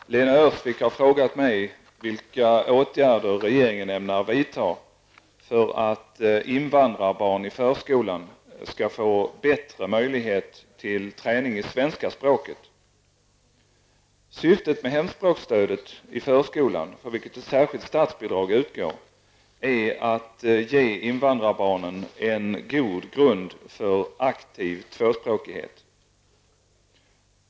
Herr talman! Lena Öhrsvik har frågat mig vilka åtgärder regeringen ämnar vidta för att invandrarbarn i förskolan skall få bättre möjligheter till träning i svenska språket. Syftet med hemspråksstödet i förskolan, för vilket ett särskilt statsbidrag utgår, är att ge invandrarbarnen en god grund för aktiv tvåspråkighet.